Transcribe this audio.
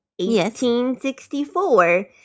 1864